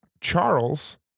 Charles